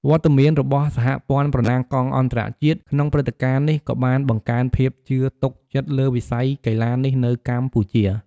វត្តមានរបស់ សហព័ន្ធប្រណាំងកង់អន្តរជាតិ ក្នុងព្រឹត្តិការណ៍នេះក៏បានបង្កើនភាពជឿទុកចិត្តលើវិស័យកីឡានេះនៅកម្ពុជា។